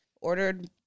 ordered